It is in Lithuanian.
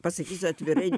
pasakysiu atvirai